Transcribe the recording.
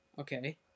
Okay